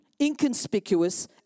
inconspicuous